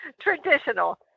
Traditional